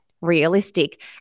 realistic